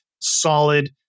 solid